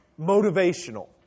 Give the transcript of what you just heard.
motivational